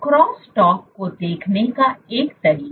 तो इस cross talk को देखने का एक तरीका